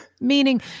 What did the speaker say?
Meaning